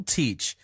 teach